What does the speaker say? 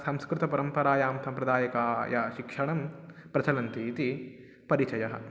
संस्कृतपरम्परायां साम्प्रदायिकं यत् शिक्षणं प्रचलन्ति इति परिचयः